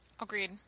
Agreed